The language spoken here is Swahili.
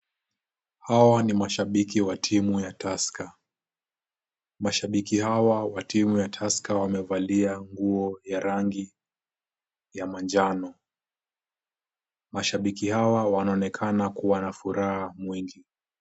Hawa ni mashabiki wa timu ya Tusker. Mashabiki hawa wa timu ya Tusker wamevalia nguo ya rangi ya manjano. Mashabiki hawa wanaonekana kuwa na furaha mwingi.